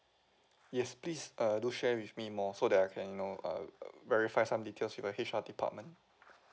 yes please uh do share with me more so that I can you know uh uh verify some details with our H_R department